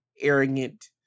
arrogant